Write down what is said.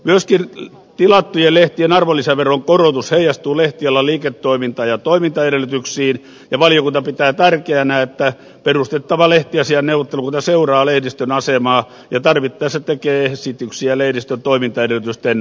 myöskin tilattujen lehtien arvonlisäveron korotus heijastuu lehtialan liiketoimintaan ja toimintaedellytyksiin ja valiokunta pitää tärkeänä että perustettava lehtiasiain neuvottelukunta seuraa lehdistön asemaa ja tarvittaessa tekee esityksiä lehdistön toimintaedellytysten parantamiseksi